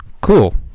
cool